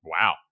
wow